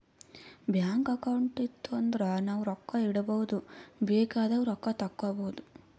bank account ಇತ್ತು ಅಂದುರ್ ನಾವು ರೊಕ್ಕಾ ಇಡ್ಬೋದ್ ಬೇಕ್ ಆದಾಗ್ ರೊಕ್ಕಾ ತೇಕ್ಕೋಬೋದು